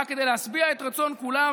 רק כדי להשביע את רצון כולם